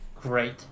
great